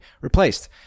replaced